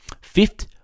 Fifth